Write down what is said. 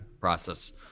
process